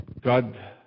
God